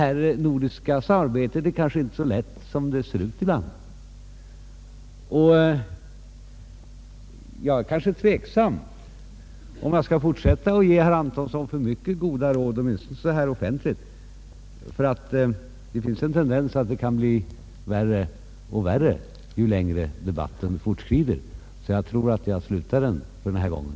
Det nordiska samarbetet är kanske inte så lätt som det ser ut ibland, och jag är tveksam om jag skall fortsätta att ge herr Antonsson goda råd, åtminstone offentligt. Det finns en tendens att det kan bli värre och värre för herr Antonsson ju längre debatten fortskrider, så jag tror att jag slutar för den här gången.